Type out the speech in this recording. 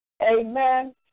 Amen